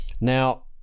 now